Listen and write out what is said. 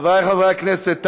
חברי חברי הכנסת,